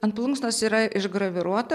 ant plunksnos yra išgraviruota